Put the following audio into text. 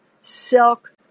silk